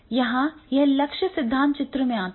यहाँ यह लक्ष्य सिद्धांत चित्र में आता है